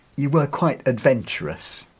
you were quite adventurous,